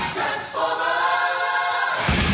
Transformers